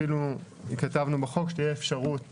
אפילו כתבנו בחוק שתהיה אפשרות